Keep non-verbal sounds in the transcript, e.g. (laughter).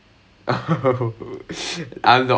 (laughs)